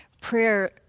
prayer